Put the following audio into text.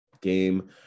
game